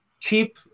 cheap